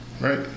Right